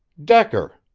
decker!